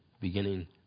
beginning